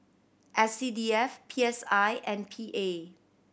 S C D F P S I and P A